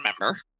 remember